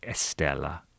Estella